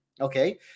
okay